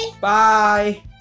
bye